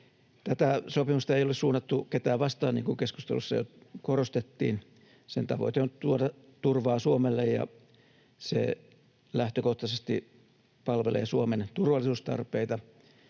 Tätä sopimusta ei ole suunnattu ketään vastaan, niin kuin keskustelussa jo korostettiin. Sen tavoite on tuoda turvaa Suomelle, ja se lähtökohtaisesti palvelee Suomen turvallisuustarpeita